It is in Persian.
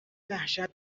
وحشت